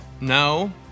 No